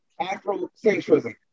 Afrocentrism